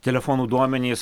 telefonų duomenys